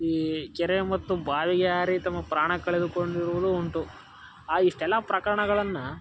ಈ ಕೆರೆ ಮತ್ತು ಬಾವಿಗೆ ಹಾರಿ ತಮ್ಮ ಪ್ರಾಣ ಕಳೆದುಕೊಂಡಿರುವುದೂ ಉಂಟು ಆ ಇಷ್ಟೆಲ್ಲ ಪ್ರಕರಣಗಳನ್ನು